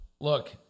Look